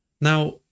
now